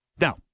Now